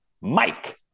Mike